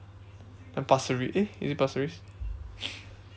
then pasir-ris eh is it pasir-ris